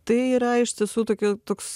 tai yra iš tiesų tokia toks